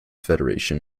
federation